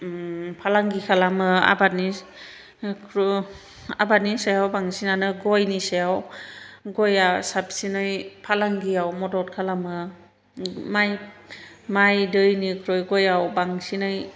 फालांगि खालामो आबादनि सायाव बांसिननानो गयनि सायाव गया साबसिनै फालांगियाव मदद खालामो माइ दैनिख्रुइ गयाव बांसिनै